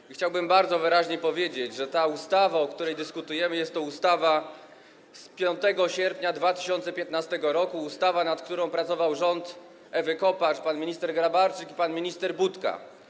I chciałbym bardzo wyraźnie powiedzieć, że ta ustawa, o której dyskutujemy, jest to ustawa z 5 sierpnia 2015 r., ustawa, nad którą pracował rząd Ewy Kopacz, pan minister Grabarczyk i pan minister Budka.